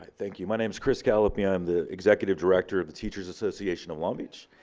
thank you. my name's chris calliope. i'm the executive director of the teachers association of long beach.